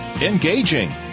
engaging